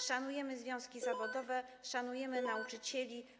Szanujemy związki zawodowe, szanujemy nauczycieli.